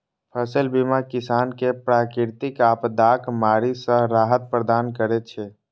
फसल बीमा किसान कें प्राकृतिक आपादाक मारि सं राहत प्रदान करै छै